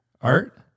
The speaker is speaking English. Art